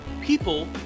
people